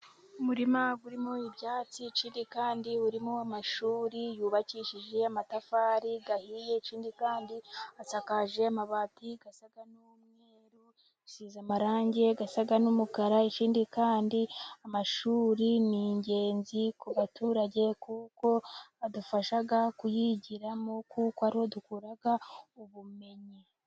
Umurima urimo ibyatsi ciri kandi urimo amashuri yubakishije amatafari ahiye. Ikindi kandi asakaje amabati asa n'umweru bisize amarangi asa n'umukara. Ikindi kandi amashuri ni ingenzi ku baturage, kuko adufasha kuyigiramo kuko ariho dukura ubumenyi